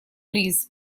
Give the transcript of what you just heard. бриз